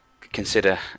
consider